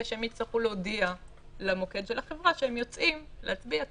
שהם יצטרכו להודיע למוקד של החברה שהם יוצאים להצביע.